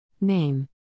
Name